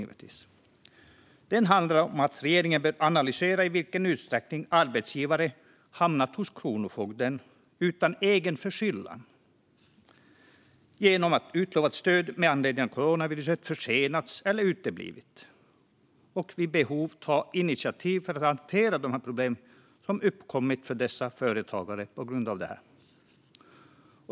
Tillkännagivandet handlar om att regeringen bör analysera i vilken utsträckning arbetsgivare har hamnat hos kronofogden utan egen förskyllan genom att utlovat stöd med anledning av coronaviruset försenats eller uteblivit. Det handlar också om att vid behov ta initiativ för att hantera de problem som har uppkommit för dessa företagare på grund av detta.